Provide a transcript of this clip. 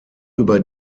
über